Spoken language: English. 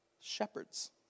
shepherds